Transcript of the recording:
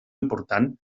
important